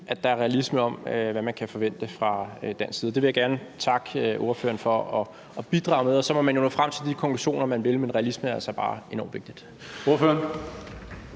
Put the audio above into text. at der er realisme omkring, hvad man kan forvente fra dansk side. Det vil jeg gerne takke ordføreren for at bidrage med. Og så må man jo nå frem til de konklusioner, man vil, men realisme er altså bare enormt vigtigt.